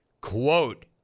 Quote